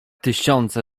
tysiące